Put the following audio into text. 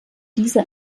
diese